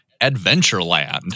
Adventureland